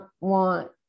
want